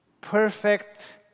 Perfect